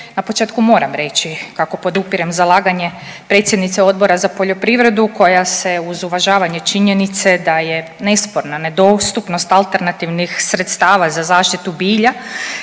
Na početku moram reći kako podupirem zalaganje predsjednice Odbora za poljoprivredu koja se uz uvažavanje činjenice da je nesporna nedostupnost alternativnih sredstava za zaštitu bilja